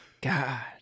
God